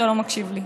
שאתה לא מקשיב לי.